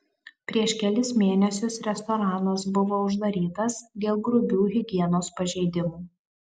prieš kelis mėnesius restoranas buvo uždarytas dėl grubių higienos pažeidimų